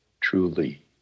truly